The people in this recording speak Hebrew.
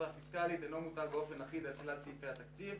הפיסקלית אינו מוטל באופן אחיד על כלל סעיפי התקציב.